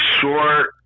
short